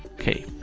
okay.